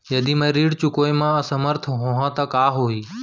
यदि मैं ह ऋण चुकोय म असमर्थ होहा त का होही?